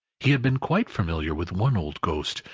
he had been quite familiar with one old ghost,